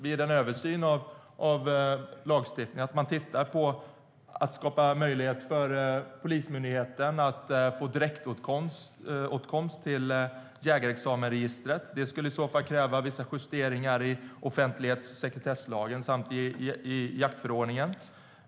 Vid en översyn av lagstiftningen kan det till exempel handla om att se över möjligheten att Polismyndigheten får direktåtkomst till jägarexamensregistret. Det skulle i så fall kräva vissa justeringar i offentlighets och sekretesslagen samt i jaktförordningen.